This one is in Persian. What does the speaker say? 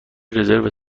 رزرو